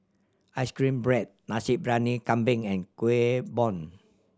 ice cream bread Nasi Briyani Kambing and Kuih Bom